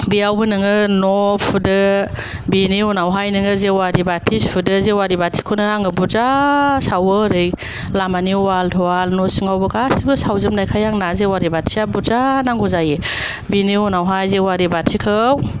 बेयावबो नोङो न' फुदो बिनि उनावहाय नोङो जेवारि बाथि सुदो जेवारि बाथिखौनो आङो बुरजा सावो ओरै लामानि वाल थवाल न' सिंङावबो गासैबो सावजोबनायखाय आंना जेवारि बाथिया बुरजा नांगौ जायो बेनि उनावहाय जेवारि बाथिखौ